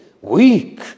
Weak